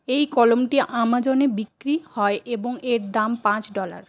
এই কলমটি আমাজনে বিক্রি হয় এবং এর দাম পাঁচ ডলার